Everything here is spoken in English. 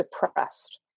depressed